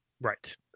Right